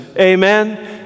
Amen